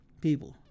People